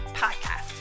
Podcast